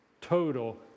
total